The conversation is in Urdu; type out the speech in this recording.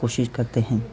کوشش کرتے ہیں